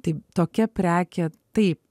tai tokia prekė taip